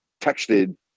texted